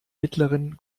mittleren